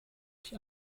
die